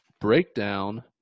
breakdown